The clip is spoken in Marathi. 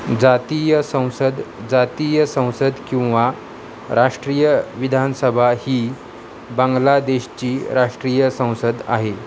जातीय संसद जातीय संसद किंवा राष्ट्रीय विधानसभा ही बांगलादेशची राष्ट्रीय संसद आहे